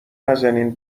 نزنین